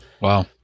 Wow